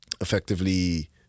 effectively